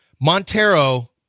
Montero